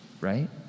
right